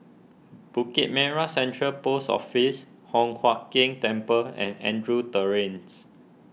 Bukit Merah Central Post Office Hock Huat Keng Temple and Andrews Terrace